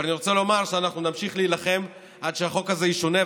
אבל אני רוצה לומר שאנחנו נמשיך להילחם עד שהחוק הזה ישונה.